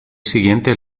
siguiente